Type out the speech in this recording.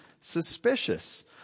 suspicious